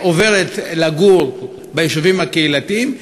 עוברת לגור ביישובים הקהילתיים,